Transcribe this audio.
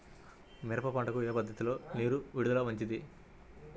మిరప పంటకు ఏ పద్ధతిలో నీరు విడుదల మంచిది?